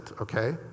okay